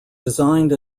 designed